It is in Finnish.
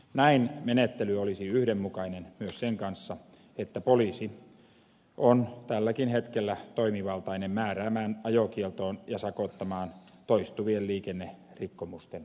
näin menettely olisi yhdenmukainen myös sen kanssa että poliisi on tälläkin hetkellä toimivaltainen määräämään ajokieltoon ja sakottamaan toistuvien liikennerikkomusten vuoksi